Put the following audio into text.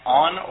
on